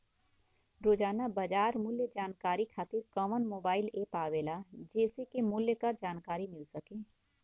रोजाना बाजार मूल्य जानकारी खातीर कवन मोबाइल ऐप आवेला जेसे के मूल्य क जानकारी मिल सके?